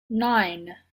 nine